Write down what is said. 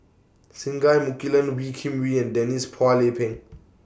Singai Mukilan Wee Kim Wee and Denise Phua Lay Peng